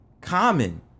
common